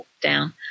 down